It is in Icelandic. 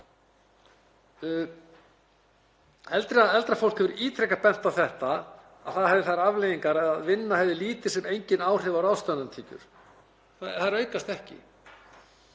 Eldra fólk hefur ítrekað bent á þetta, að það hefði þær afleiðingar að vinna hefði lítil sem engin áhrif á ráðstöfunartekjur. Þær aukast ekki.